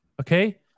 Okay